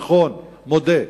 נכון, מודה.